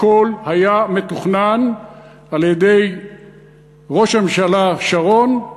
הכול היה מתוכנן על-ידי ראש הממשלה שרון,